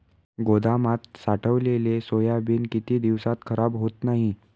गोदामात साठवलेले सोयाबीन किती दिवस खराब होत नाही?